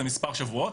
זה מספר שבועות,